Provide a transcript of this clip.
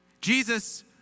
Jesus